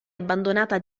abbandonata